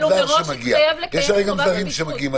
יש זרים שמגיעים.